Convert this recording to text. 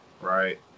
right